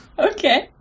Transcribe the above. Okay